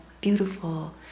beautiful